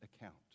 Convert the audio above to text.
account